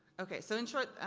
okay, so in short,